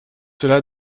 cela